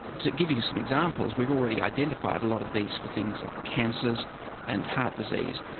to give you some examples we've already identified a lot of these for things like cancers and heart disease.